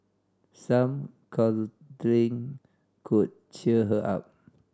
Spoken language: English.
some cuddling could cheer her up